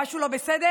משהו לא בסדר?